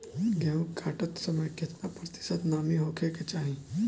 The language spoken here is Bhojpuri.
गेहूँ काटत समय केतना प्रतिशत नमी होखे के चाहीं?